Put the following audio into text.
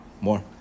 more